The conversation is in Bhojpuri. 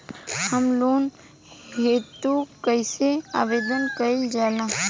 होम लोन हेतु कइसे आवेदन कइल जाला?